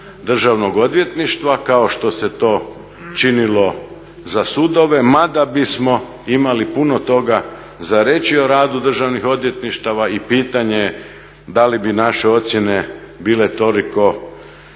državnog odvjetništva, kao što se to činilo za sudove mada bismo imali puno toga za reći o radu državnih odvjetništava i pitanje je da li bi naše ocjene bile toliko